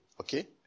Okay